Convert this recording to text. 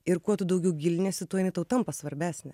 ir kuo tu daugiau giliniesi tuo jinai tau tampa svarbesnė